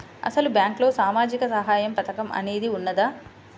అసలు బ్యాంక్లో సామాజిక సహాయం పథకం అనేది వున్నదా?